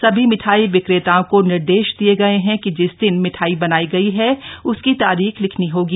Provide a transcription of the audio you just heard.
सभी मिठाई विक्रेताओं को निर्देश दिये गए हैं कि जिस दिन मिठाई बनाई गई है उसकी तारीख लिखनी होगी